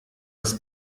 das